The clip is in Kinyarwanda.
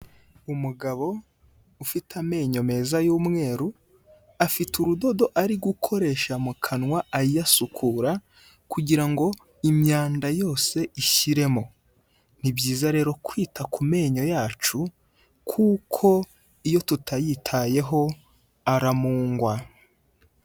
Umugabo ufite amenyo meza y'umweru afite urudodo ari gukoresha mu kanwa ayasukura kugira ngo imyanda yose ishiremo, ni byiza rero kwita ku menyo yacu kuko iyo tutayitayeho aramungwa.